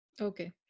Okay